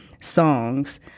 songs